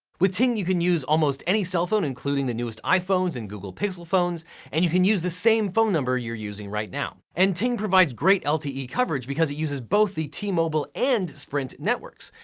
with ting, you can use almost any cellphone including the newest iphones and google pixel phones and you can use the same phone number you're using right now. and ting provides great lte coverage because it uses both the t-mobile and sprint networks.